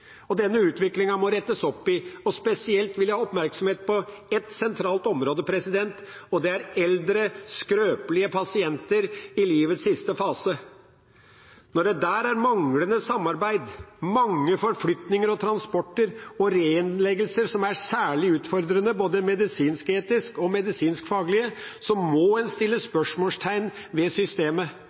Denne utviklingen må det rettes opp i, og spesielt vil jeg ha oppmerksomhet på ett sentralt område, og det er eldre, skrøpelige pasienter i livets siste fase. Når det der er manglende samarbeid, mange forflytninger og transporter og reinnleggelser, som er særlig utfordrende både medisinsketisk og medisinskfaglig, må en sette spørsmålstegn ved systemet.